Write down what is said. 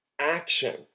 action